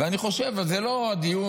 וזה לא הדיון,